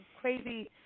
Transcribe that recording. crazy